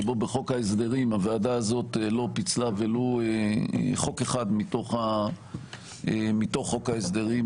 שבו בחוק ההסדרים הוועדה הזאת לא פיצלה ולו חוק אחד מתוך חוק ההסדרים,